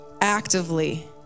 actively